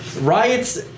Riots